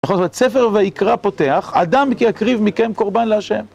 נכון, זאת אומרת, ספר ויקרא פותח, אדם כי אקריב מכם קורבן להשם.